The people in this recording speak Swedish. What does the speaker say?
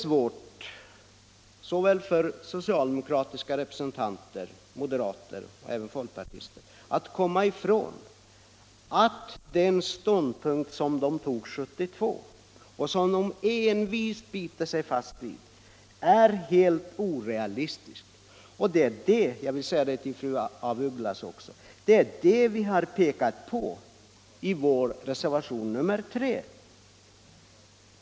För såväl socialdemokratiska representanter som moderater och folkpartister är det svårt att komma ifrån att den ståndpunkt de intog 1972 och som de envist biter sig fast vid är helt orealistisk, vilket — det vill jag säga även till fru af Ugglas — vi har pekat på i vår reservation nr 3.